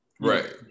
right